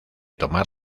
tomar